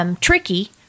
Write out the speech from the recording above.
Tricky